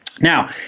Now